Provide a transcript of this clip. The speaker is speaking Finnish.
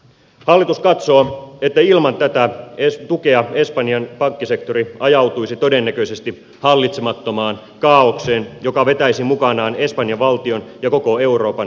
hallitus katsoo että ilman tätä tukea espanjan pankkisektori ajautuisi todennäköisesti hallitsemattomaan kaaokseen joka vetäisi mukanaan espanjan valtion ja koko euroopan myös suomen